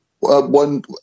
one